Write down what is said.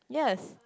yes